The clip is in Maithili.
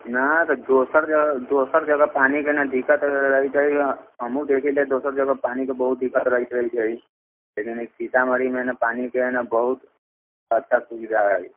नहि तऽ दोसर जगह दोसर जगह पानिके नहि दिक्कत रहितै हमहुँ देखऽ लऽ दोसर जगह पानिके बहुत दिक्कत रहैत रहैत छै सीतामढ़ीमे हय ने पानिके बहुत हद तक सु विधा हय